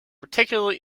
particularly